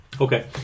Okay